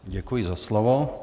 Děkuji za slovo.